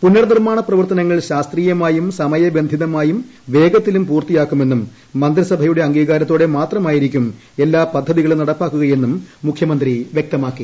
പുനർനിർമ്മാണ പ്രവർത്തിമങ്ങൾ ശാസ്ത്രീയമായും സമയബന്ധിതമായും വേഗത്തിലും പൂർത്തിയാക്കുമെന്നും മന്ത്രിസഭയുടെ അംഗീകാരത്തോടെ മാത്രമായിരിക്കും എല്ലാ പദ്ധതികളും നടപ്പാക്കുകയെന്നും മുഖ്യമന്ത്രി വ്യക്തമാക്കി